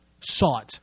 sought